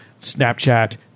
Snapchat